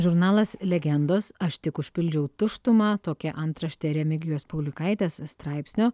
žurnalas legendos aš tik užpildžiau tuštumą tokia antraštė remigijos paulikaitės straipsnio